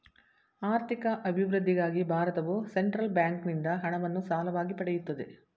ಆರ್ಥಿಕ ಅಭಿವೃದ್ಧಿಗಾಗಿ ಭಾರತವು ಸೆಂಟ್ರಲ್ ಬ್ಯಾಂಕಿಂದ ಹಣವನ್ನು ಸಾಲವಾಗಿ ಪಡೆಯುತ್ತದೆ